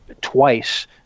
twice